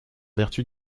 vertu